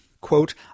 quote